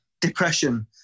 depression